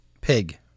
pig